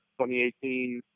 2018